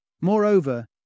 Moreover